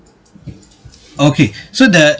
okay so the